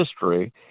history